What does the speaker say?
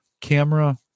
camera